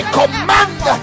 command